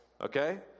Okay